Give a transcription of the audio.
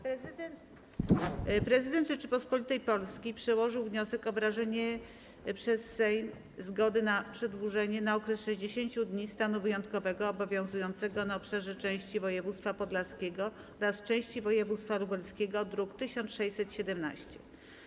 Prezydent Rzeczypospolitej Polskiej przedłożył wniosek o wyrażenie przez Sejm zgody na przedłużenie na okres 60 dni stanu wyjątkowego obowiązującego na obszarze części województwa podlaskiego oraz części województwa lubelskiego, druk nr 1617.